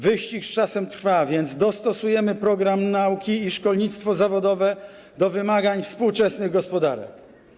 Wyścig z czasem trwa, więc dostosujemy program nauki i szkolnictwo zawodowe do wymagań współczesnych gospodarek.